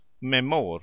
Memor